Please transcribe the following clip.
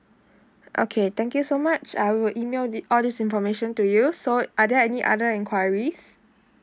okay thank you so much I will email this all this information to you so are there any other enquiries